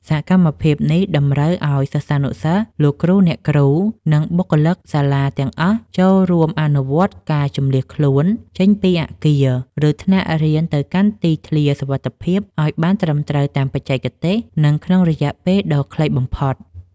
សកម្មភាពនេះតម្រូវឱ្យសិស្សានុសិស្ស លោកគ្រូអ្នកគ្រូ និងបុគ្គលិកសាលាទាំងអស់ចូលរួមអនុវត្តការជម្លៀសខ្លួនចេញពីអគារ ឬថ្នាក់រៀនទៅកាន់ទីធ្លាសុវត្ថិភាពឱ្យបានត្រឹមត្រូវតាមបច្ចេកទេស និងក្នុងរយៈពេលដ៏ខ្លីបំផុត។